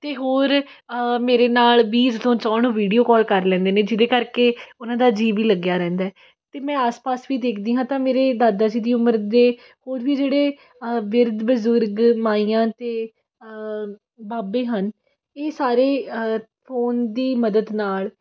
ਅਤੇ ਹੋਰ ਮੇਰੇ ਨਾਲ ਵੀ ਜਦੋਂ ਚਾਹੁਣ ਵੀਡੀਓ ਕਾਲ ਕਰ ਲੈਂਦੇ ਨੇ ਜਿਹਦੇ ਕਰਕੇ ਉਹਨਾਂ ਦਾ ਜੀਅ ਵੀ ਲੱਗਿਆ ਰਹਿੰਦਾ ਅਤੇ ਮੈਂ ਆਸ ਪਾਸ ਵੀ ਦੇਖਦੀ ਹਾਂ ਤਾਂ ਮੇਰੇ ਦਾਦਾ ਜੀ ਦੀ ਉਮਰ ਦੇ ਹੋਰ ਵੀ ਜਿਹੜੇ ਬਿਰਧ ਬਜ਼ੁਰਗ ਮਾਈਆਂ ਅਤੇ ਬਾਬੇ ਹਨ ਇਹ ਸਾਰੇ ਫੋਨ ਦੀ ਮਦਦ ਨਾਲ